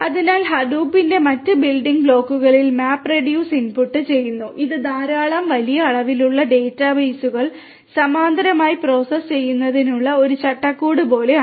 അതിനാൽ ഹഡൂപ്പിന്റെ മറ്റ് ബിൽഡിംഗ് ബ്ലോക്കുകൾ മാപ് റിഡ്യൂസ് ഇൻപുട്ട് ചെയ്യുന്നു ഇത് ധാരാളം വലിയ അളവിലുള്ള ഡാറ്റാബേസുകൾ സമാന്തരമായി പ്രോസസ്സ് ചെയ്യുന്നതിനുള്ള ഒരു ചട്ടക്കൂട് പോലെയാണ്